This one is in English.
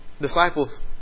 disciples